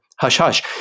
hush-hush